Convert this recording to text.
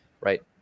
right